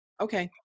Okay